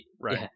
right